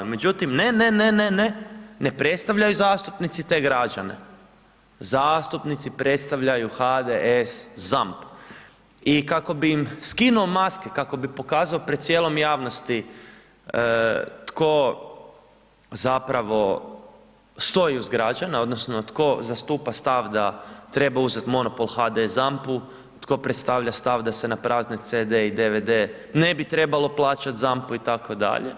Međutim, ne, ne, ne, ne, ne, ne predstavljaju zastupnici te građane, zastupnici predstavljaju HDS ZAMP i kako bi im skinuo maske, kako bi pokazao pred cijelom javnosti tko zapravo stoji uz građane odnosno tko zastupa stav da treba uzet monopol HDS ZAMP-u, tko predstavlja stav da se na prazne CD-e i DVD-e ne bi trebalo plaćat ZAMP-u itd.